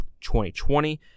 2020